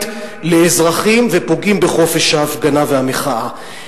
כלפי אזרחים ופוגעים בחופש ההפגנה והמחאה.